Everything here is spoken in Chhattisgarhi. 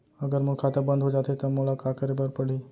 अगर मोर खाता बन्द हो जाथे त मोला का करे बार पड़हि?